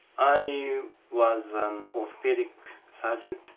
i was an orthopaedic surgeon,